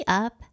up